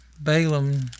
Balaam